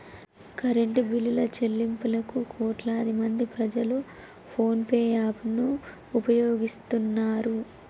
current బిల్లుల చెల్లింపులకు కోట్లాదిమంది ప్రజలు ఫోన్ పే యాప్ ను ఉపయోగిస్తున్నారు